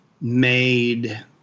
made